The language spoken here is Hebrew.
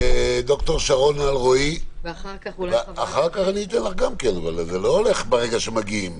ד"ר אלרעי, אני מודה לך שוב שאת איתנו.